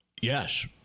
Yes